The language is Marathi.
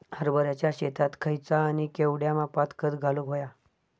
हरभराच्या शेतात खयचा आणि केवढया मापात खत घालुक व्हया?